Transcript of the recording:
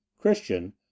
Christian